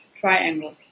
triangle